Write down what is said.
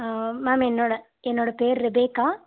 ma'am என்னோட என்னோட பேர் ரிபேகா